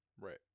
Right